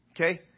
okay